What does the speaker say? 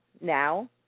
now